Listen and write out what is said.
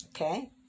Okay